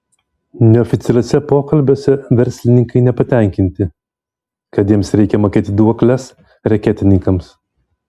neoficialiuose pokalbiuose verslininkai nepatenkinti kad jiems reikia mokėti duokles reketininkams